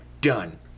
Done